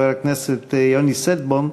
חבר הכנסת יוני שטבון,